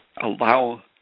allow